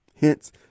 Hence